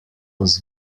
was